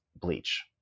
bleach